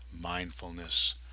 mindfulness